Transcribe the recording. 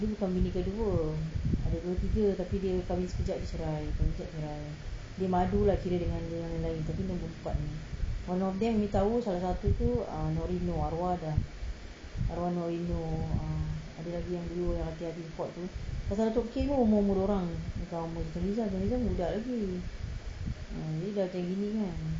dia bukan bini kedua ada dua tiga tapi dia kahwin sekejap jer cerai kahwin sekejap cerai dia madu lah kira dengan lain tapi nombor empat one of them you tahu salah satu tu ah nurin noor arwah dah arwah nurin noor ah lagi dua yang report tu pasal dato K pun umur umur dia orang bukan umur siti nurhaliza siti nurhaliza budak lagi abeh dah macam gini kan